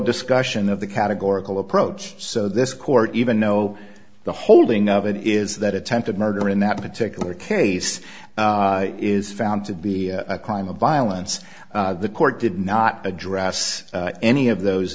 discussion of the categorical approach so this court even know the holding of it is that attempted murder in that particular case is found to be a crime of violence the court did not address any of those